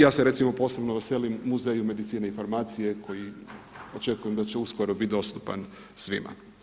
Ja se recimo posebno veselim Muzeju medicine i farmacije koji očekujem da će biti dostupan svima.